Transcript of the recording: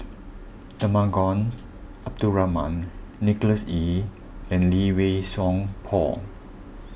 Temenggong Abdul Rahman Nicholas Ee and Lee Wei Song Paul